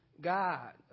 God